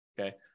okay